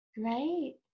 great